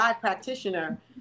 practitioner